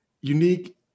unique